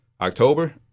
October